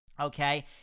Okay